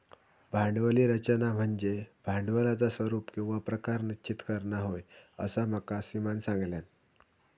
भांडवली रचना म्हनज्ये भांडवलाचा स्वरूप किंवा प्रकार निश्चित करना होय, असा माका सीमानं सांगल्यान